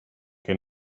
que